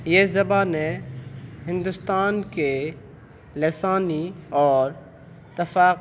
یہ زبانیں ہندوستان کے لسانی اور ثقافتی